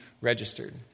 registered